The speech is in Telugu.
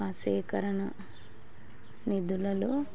ఆ సేకరణ నిధులలో